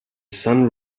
sun